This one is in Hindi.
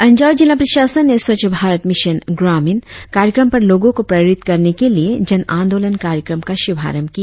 अंजाव जिला प्रशासन ने स्वच्छ भारत मिशन ग्रामिण कार्यक्रम पर लोगों को प्रेरित करने के लिए जन आंदोलन कार्यक्रम का शुभारंभ किया